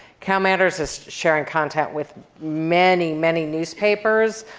calmatters is sharing content with many, many newspapers,